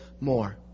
more